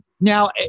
Now